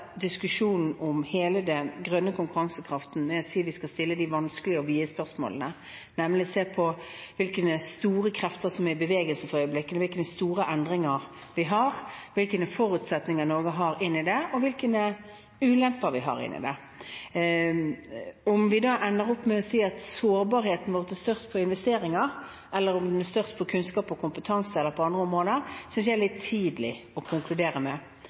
diskusjonen om hele den grønne konkurransekraften, og jeg sier at vi skal stille de vanskelige og vide spørsmålene – nemlig se på hvilke store krefter som er i bevegelse for øyeblikket, hvilke store endringer vi har, hvilke forutsetninger Norge har inn i det, og hvilke ulemper vi har inn i det. Om vi da ender opp med å si at sårbarheten vår er størst på investeringer, eller om den er størst på kunnskap og kompetanse eller på andre områder, synes jeg er litt tidlig å konkludere med.